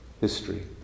history